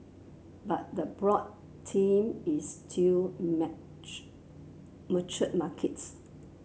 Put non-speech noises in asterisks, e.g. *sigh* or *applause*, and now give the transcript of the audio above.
but the broad theme is still *unintelligible* mature markets